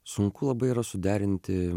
sunku labai yra suderinti